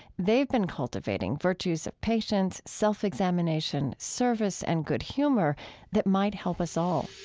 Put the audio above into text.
they've been cultivating virtues of patience, self-examination, service, and good humor that might help us all